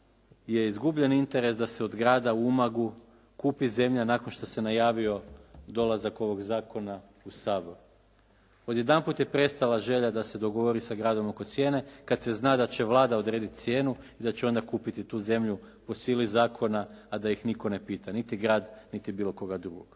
je izgubljen interes da se od grada u Umagu kupi zemlja nakon što se najavio dolazak ovog zakona u Sabor. Od jedanput je prestala želja da se dogovori sa gradom oko cijene, kada se zna da će Vlada odrediti cijenu i da će onda kupiti tu zemlju po sili zakona, a da ih nitko ne pita, niti grad, niti bilo koga drugog.